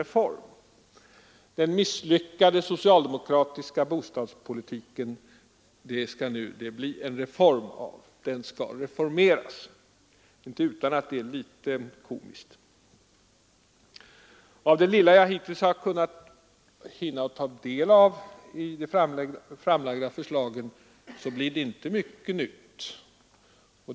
Den misslyckade socialdemokratiska bostadspolitiken skall alltså reformeras. Det är inte utan att det är litet komiskt. Att döma av det lilla jag hittills har hunnit ta del av i de framlagda förslagen blir det inte mycket nytt.